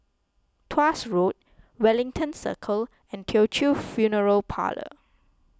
Tuas Road Wellington Circle and Teochew Funeral Parlour